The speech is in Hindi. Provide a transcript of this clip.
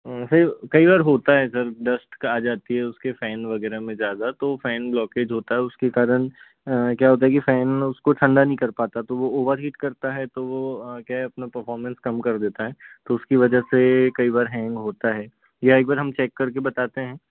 फिर कई बार होता है सर डस्ट क आ जाती है उसके फ़ैन वगैरह में ज़्यादा तो फ़ैन ब्लॉकेज होता है उसके कारण क्या होता है कि फ़ैन उसको ठंडा नहीं कर पाता तो वो ओवरहीट करता है तो वो क्या है अपना परफ़ॉरमेंस कम कर देता है तो उसकी वजह से कई बार हैंग होता है या एक बार हम चेक करके बताते हैं